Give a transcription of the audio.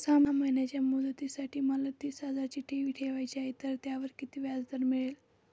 सहा महिन्यांच्या मुदतीसाठी मला तीस हजाराची ठेव ठेवायची आहे, तर त्यावर किती व्याजदर मिळेल?